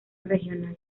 regional